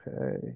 Okay